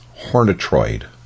Hornetroid